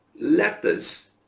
letters